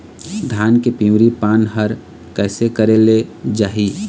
धान के पिवरी पान हर कइसे करेले जाही?